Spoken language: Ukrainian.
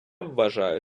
вважаю